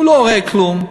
הוא לא רואה כלום,